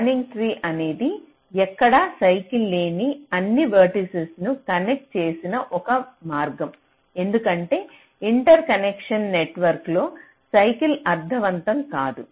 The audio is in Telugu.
స్పానింగ్ ట్రీ అనేది ఎక్కడా సైకిల్ లేని అన్ని వెర్టిసిస్ ను కనెక్ట్ చేసిన ఒక మార్గం ఎందుకంటే ఇంటర్కనెక్షన్ నెట్వర్క్ లో సైకిల్ అర్ధవంతం కాదు